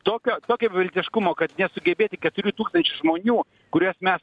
tokio tokio beviltiškumo kad nesugebėti keturių tūkstančių žmonių kuriuos mes